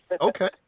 okay